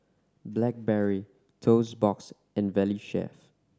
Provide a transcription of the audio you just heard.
Blackberry Toast Box and Valley Chef